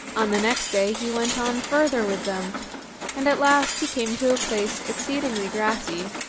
on the next day he went on further with them and at last he came to a place exceedingly grassy,